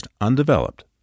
undeveloped